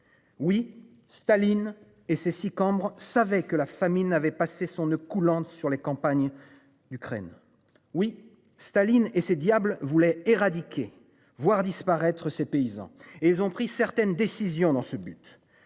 Oui, Staline et ses six cambre savait que la famille n'avait passé son noeud coulant sur les campagnes d'Ukraine. Oui, Staline et ces diables voulait éradiquer voir disparaître ces paysans et ils ont pris certaines décisions dans ce but.